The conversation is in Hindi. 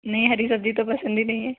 नहीं हरी सब्जी तो पसंद ही नहीं है